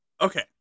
Okay